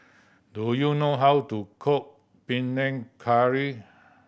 do you know how to cook Panang Curry